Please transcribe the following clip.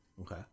Okay